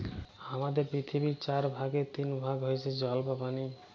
হামাদের পৃথিবীর চার ভাগের তিন ভাগ হইসে জল বা পানি